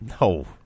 No